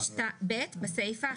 (ב)בסיפה,